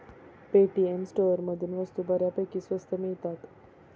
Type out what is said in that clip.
Paytm स्टोअरमधून वस्तू बऱ्यापैकी स्वस्त मिळतात